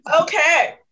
Okay